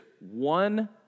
one